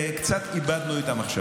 קצת איבדנו את המחשבה.